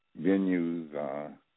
venues